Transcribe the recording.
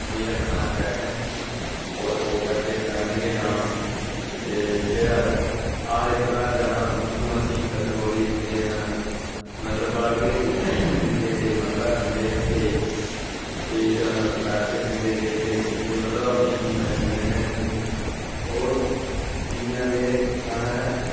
उनेंगी रक्खना अग्गें अग्गें ते ओह् करदे न कन्नै गै डांस ते फिर हर इक्क घर जाना उत्थुआं असेंगी त्रिचौली दिंदे न ते बड़ा किश दिंदे न केईं मक्कां दिंदे न केईं तां पैसे दिंदे केईं किश दिंदे मतलब अपनी अपनी मर्ज़ी कन्नै दिंदे होर जियां कि साढ़े